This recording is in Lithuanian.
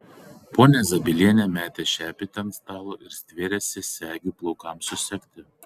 ponia zabielienė metė šepetį ant stalo ir stvėrėsi segių plaukams susegti